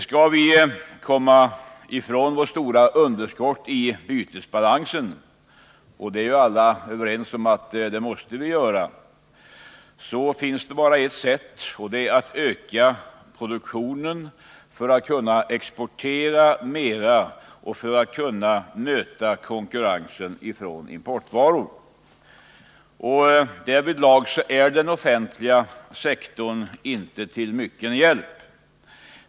Skall vi komma ifrån vårt stora underskott i bytesbalansen, och härom är vi alla överens, finns det bara ett sätt, och det är att öka produktionen för att kunna exportera mera och för att kunna möta konkurrensen från importvaror. Därvidlag är den offentliga sektorn inte till mycken hjälp.